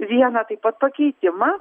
vieną taip pat pakeitimą